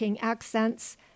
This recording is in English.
accents